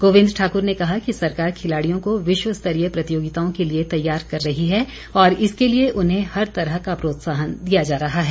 गोविंद ठाकुर ने कहा कि सरकार खिलाड़ियों को विश्वस्तरीय प्रतियोगिताओं के लिए तैयार कर रही है और इसके लिए उन्हें हर तरह का प्रोत्साहन दिया जा रहा है